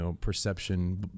perception